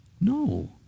No